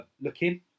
looking